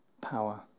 power